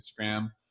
instagram